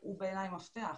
הוא בעיניי המפתח,